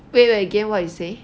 wait wait again what you say